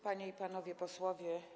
Panie i Panowie Posłowie!